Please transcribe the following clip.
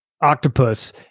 octopus